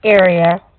area